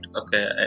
okay